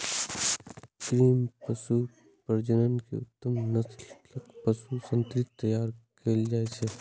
कृत्रिम पशु प्रजनन सं उत्तम नस्लक पशु संतति तैयार कएल जाइ छै